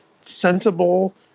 sensible